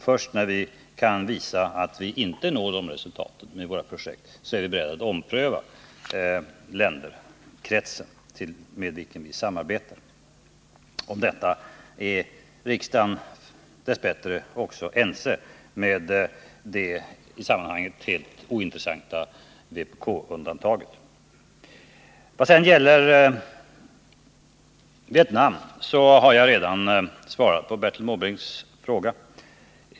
Först när vi kan visa att vi inte når de resultaten med våra projekt är vi beredda att ompröva samarbetet. Om detta är riksdagen dess bättre också ense, med det i sammanhanget helt ointressanta vkp-undantaget. Vad sedan gäller Vietnam har jag redan svarat på Bertil Måbrinks fråga.